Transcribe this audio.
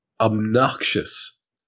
obnoxious